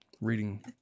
reading